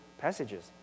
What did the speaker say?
passages